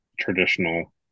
traditional